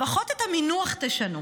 לפחות את המינוח תשנו.